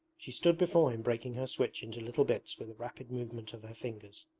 she stood before him breaking her switch into little bits with a rapid movement of her fingers.